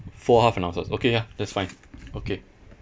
four half an hour slots okay ya that's fine okay